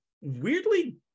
weirdly